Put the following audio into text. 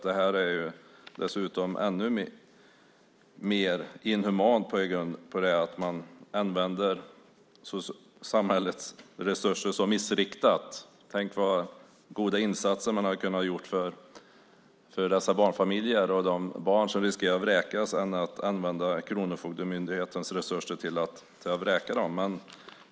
Det gör det ännu mer inhumant att använda samhällets resurser så missriktat. Tänk vad goda insatser man hade kunnat göra för dessa barnfamiljer och de barn som riskerar att vräkas i stället för att använda Kronofogdemyndighetens resurser till att vräka dem!